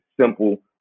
simple